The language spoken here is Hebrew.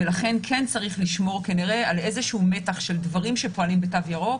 ולכן כן צריך לשמור כנראה על איזשהו מתח של דברים שפועלים בתו ירוק.